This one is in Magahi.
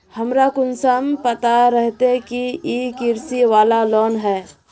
हमरा कुंसम पता रहते की इ कृषि वाला लोन है?